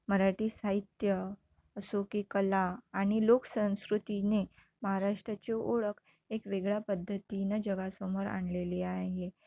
मराठी साहित्य असो की कला आणि लोकसंस्कृतीने महाराष्ट्राचे ओळख एक वेगळ्या पद्धतीनं जगासमोर आणलेली आहे